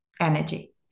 energy